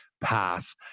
path